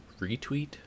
retweet